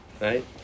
Right